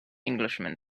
englishman